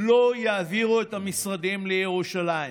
לא יעבירו את המשרדים לירושלים.